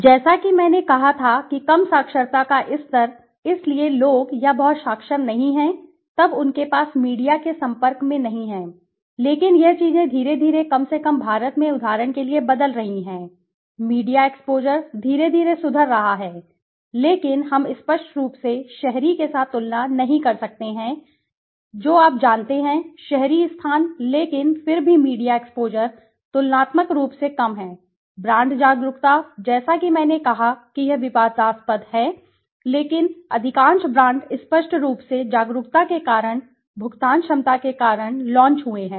जैसा कि मैंने कहा था कि कम साक्षरता का स्तर इसलिए लोग या बहुत साक्षर नहीं हैं तब उनके पास मीडिया के संपर्क में नहीं हैं लेकिन यह चीजें धीरे धीरे कम से कम भारत में उदाहरण के लिए बदल रही हैं मीडिया एक्सपोज़र धीरे धीरे सुधर रहा है लेकिन हम स्पष्ट रूप से शहरी के साथ तुलना नहीं कर सकते हैं जो आप जानते हैं शहरी स्थान लेकिन फिर भी मीडिया एक्सपोज़र तुलनात्मक रूप से कम है ब्रांड जागरूकता जैसा कि मैंने कहा कि यह विवादास्पद है लेकिन हाँ अधिकांश ब्रांड स्पष्ट रूप से जागरूकता के कारण भुगतान क्षमता के कारण लॉन्च हुए हैं